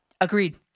Agreed